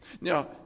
Now